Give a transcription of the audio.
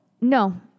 no